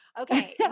Okay